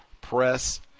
press